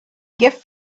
gift